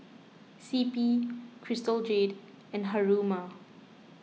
C P Crystal Jade and Haruma